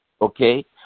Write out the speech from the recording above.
okay